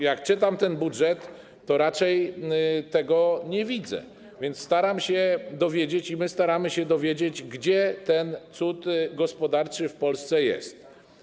Jak czytam ten budżet, to raczej tego nie widzę, więc staram się dowiedzieć i my staramy się dowiedzieć, gdzie ten cud gospodarczy w Polsce jest.